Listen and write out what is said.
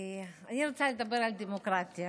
אני רוצה לדבר על דמוקרטיה.